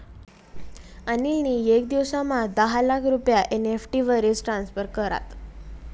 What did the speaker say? अनिल नी येक दिवसमा दहा लाख रुपया एन.ई.एफ.टी वरी ट्रान्स्फर करात